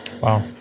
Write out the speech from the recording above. Wow